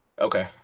Okay